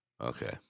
Okay